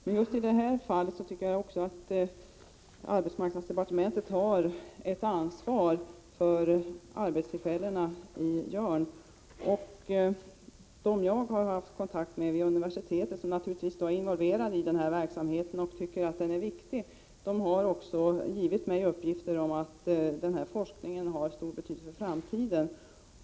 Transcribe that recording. Men just i detta fall tycker jag att arbetsmarknadsdepartementet har ett ansvar för arbetstillfällena i Jörn. De i denna verksamhet vid universitetet involverade personer som jag har haft kontakt med och som tycker att verksamheten är viktig har sagt mig att denna forskning har stor betydelse för framtiden.